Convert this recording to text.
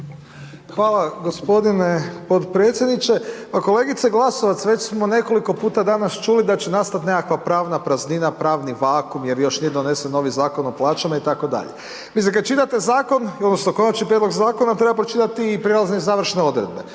Hvala gospodine potpredsjedniče. Pa kolegice Glasovac već smo nekoliko puta danas čuli da će nastati nekakva pravna praznina, pravni vakum jer još nije donesen novi Zakon o plaćama itd.. Mislim kada čitate zakon odnosno konačni prijedlog zakona treba pročitati i prijelazne i završne odredbe.